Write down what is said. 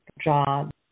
jobs